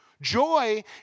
Joy